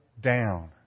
down